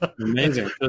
Amazing